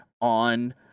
on